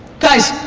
guys,